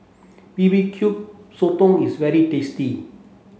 B B Q Sotong is very tasty